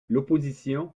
l’opposition